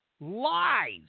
lies